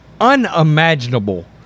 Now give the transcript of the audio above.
unimaginable